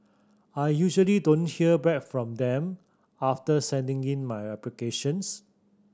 I usually don't hear back from them after sending in my applications